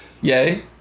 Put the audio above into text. Yay